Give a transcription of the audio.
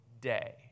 day